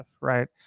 right